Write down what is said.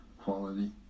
quality